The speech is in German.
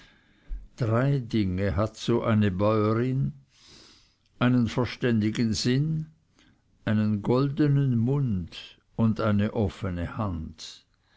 drei dinge hat so eine bäuerin einen verständigen sinn einen goldenen mund und eine offene hand